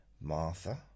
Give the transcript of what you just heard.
Martha